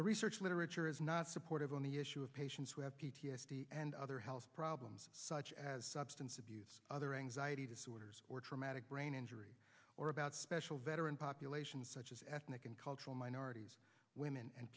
the research literature is not supportive on the issue of patients who have p t s d and other health problems such as substance abuse other anxiety disorders or traumatic brain injury or about special veteran population such as ethnic and cultural minorities women and